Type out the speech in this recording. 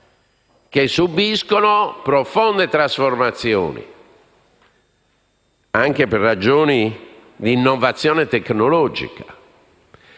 che subiscono profonde trasformazioni anche per ragioni di innovazione tecnologica.